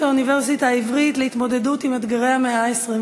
האוניברסיטה העברית להתמודדות עם אתגרי המאה ה-21,